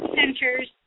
centers